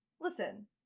listen